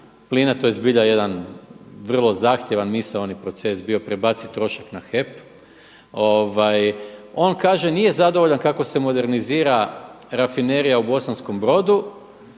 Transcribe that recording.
plina. To je zbilja jedan vrlo zahtjevan misaoni proces bio prebaciti trošak na HEP. On kaže nije zadovoljan kako se modernizira Rafinerija u Bosanskom Brodu.